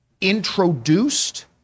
introduced